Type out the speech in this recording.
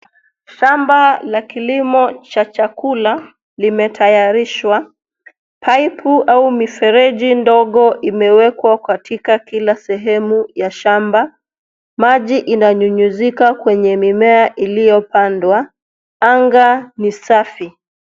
Shamba la kilimo cha chakula limetayarishwa. Pipe au mifereji ndogo imewekwa katika kila sehemu ya shamba. Maji inanyunyuzika kwenye mimea iliyopandwa. Anga ni safi.